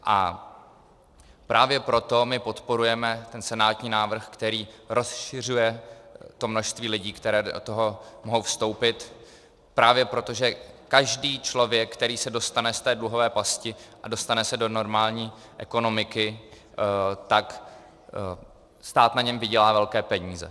A právě proto podporujeme ten senátní návrh, který rozšiřuje množství lidí, které do toho mohou vstoupit, právě proto, že každý člověk, který se dostane z dluhové pasti a dostane se do normální ekonomiky, tak stát na něm vydělá velké peníze.